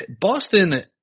Boston